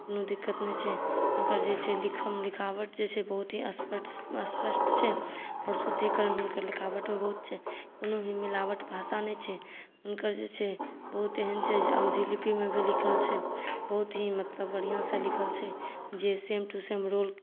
कोनो दिक्कत नहि छै हुनकर जे छै लिखम लिखावट जे छै बहुत ही स्पष्ट छै आओर शुद्धिकरण हुनकर लिखावटमे बहुत छै कोनो भी मिलावट भाषा नहि छै हुनकर जे छै बहुत एहन छै अवधी लिपिमे भी लिखल छै बहुत ही मतलब बढ़िआँसँ लिखल छै जे सेम टु सेम रोल